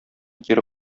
кире